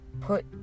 put